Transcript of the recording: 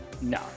no